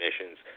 missions